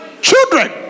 Children